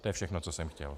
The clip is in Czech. To je všechno, co jsem chtěl.